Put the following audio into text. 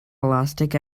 elastic